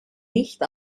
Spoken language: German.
nicht